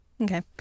Okay